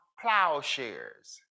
plowshares